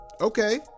Okay